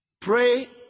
Pray